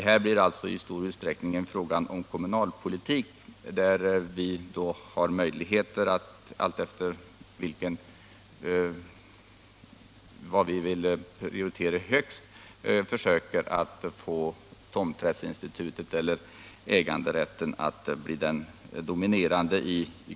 I stor utsträckning blir det här en fråga om kommunalpolitik, där vi har möjligheter att alltefter vad vi vill prioritera försöka få tomträttsinstitutet eller äganderätten att dominera.